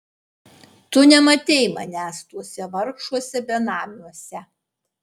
tu nematei manęs tuose vargšuose benamiuose